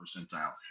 percentile